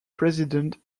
president